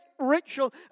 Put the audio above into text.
ritual